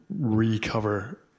recover